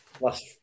last